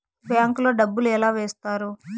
bank లో డబ్బులు ఎలా వేస్తారు